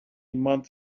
month